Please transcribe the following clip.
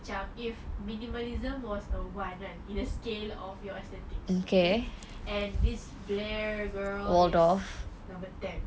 macam if minimalism was a one kan in the scale of your aesthetics okay and this blair girl is number ten